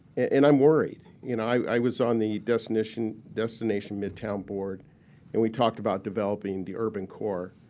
and i'm worried. and i was on the destination destination midtown board and we talked about developing the urban core,